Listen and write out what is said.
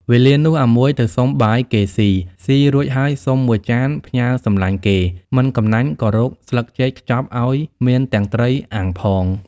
វេលានោះអាមួយទៅសុំបាយគេស៊ីៗរួចហើយសុំំមួយចានផ្ញើរសំឡាញ់គេមិនកំណាញ់ក៏រកស្លឹកចេកខ្ចប់ឱ្យមានទាំងត្រីអាំងផង។